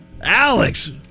Alex